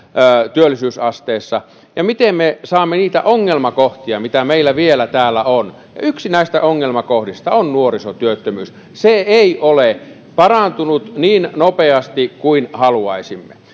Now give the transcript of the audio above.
työllisyysasteessa ja miten me saamme ratkaistua niitä ongelmakohtia mitä meillä vielä täällä on ja yksi näistä ongelmakohdista on nuorisotyöttömyys se ei ole parantunut niin nopeasti kuin haluaisimme